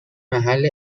محل